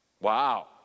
Wow